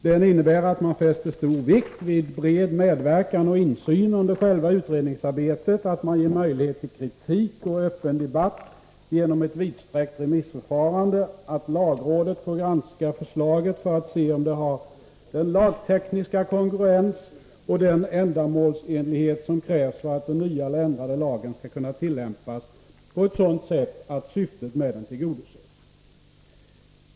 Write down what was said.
Den innebär att man fäster stor vikt vid bred medverkan och insyn under själva utredningsarbetet, att man ger möjlighet till kritik och öppen debatt genom ett vidsträckt remissförfarande och att lagrådet får granska förslaget för att se om det har den 101 lagtekniska kongruens och den ändamålsenlighet som krävs för att den nya eller ändrade lagen skall kunna tillämpas på ett sådant sätt att syftet med den tillgodoses.